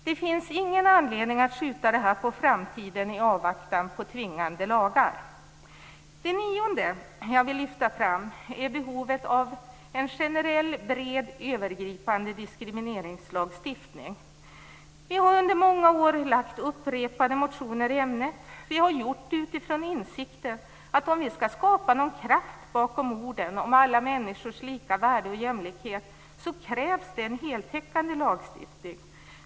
Det finns ingen anledning att skjuta det här på framtiden i avvaktan på tvingande lagar. Det nionde jag vill lyfta fram är behovet av en generell bred övergripande diskrimineringslagstiftning. Vi har under många år lagt fram upprepade motioner i ämnet. Vi har gjort det utifrån insikten att om vi skall skapa någon kraft bakom orden om alla människors lika värde och jämlikhet så krävs det en heltäckande lagstiftning.